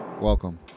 Welcome